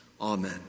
Amen